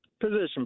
Position